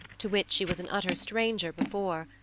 to which she was an utter stranger before,